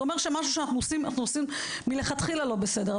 זה אומר שמשהו שאנחנו עושים אנחנו עושים מלכתחילה לא בסדר.